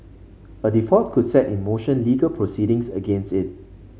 a default could set in motion legal proceedings against it